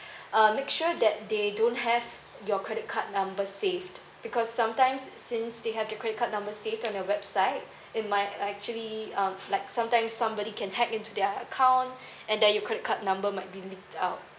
uh make sure that they don't have your credit card number saved because sometimes since they have the credit card number saved on their website it might actually um like sometimes somebody can hack into their account and then your credit card number might be leaked out